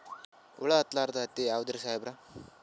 ಹುಳ ಹತ್ತಲಾರ್ದ ಹತ್ತಿ ಯಾವುದ್ರಿ ಸಾಹೇಬರ?